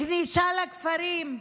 כניסה לכפרים,